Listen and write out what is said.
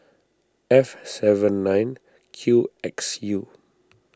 F seven nine Q X U